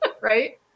Right